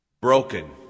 broken